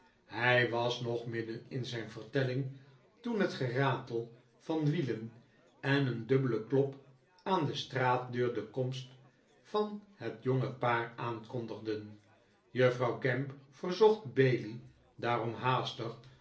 hij was nog midden in zijn vertelling toen het geratel van wielen en een dubbele klop aan de straate deur de komst van het jonge paar aankondigden juffrouw gamp verzocht bailey daarom haastig